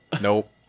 Nope